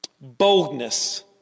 boldness